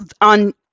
on